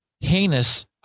heinous